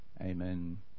Amen